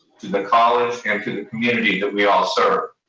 to the college, and to the community that we all serve.